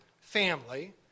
family